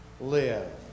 live